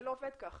זה לא עובד כך.